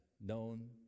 known